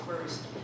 first